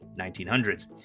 1900s